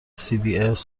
cbs